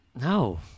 No